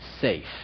safe